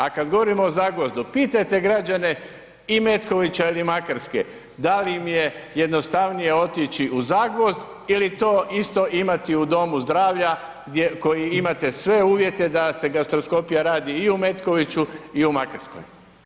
A kad govorimo o Zagvozdu, pitajte građane i Metkovića ili Makarske da li im je jednostavnije otići u Zagvozd ili to isto imati u domu zdravlja koji imate sve uvjete da se gastroskopija radi i u Metkoviću i u Makarskoj.